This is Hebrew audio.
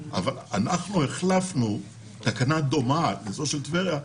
אבל אנחנו החלפנו תקנה דומה לזו של טבריה,